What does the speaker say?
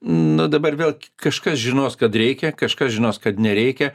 nu dabar vėl k kažkas žinos kad reikia kažkas žinos kad nereikia